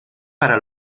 para